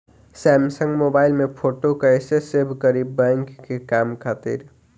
Samsung mobile में photo कैसे save करीं बैंक के काम खातिर?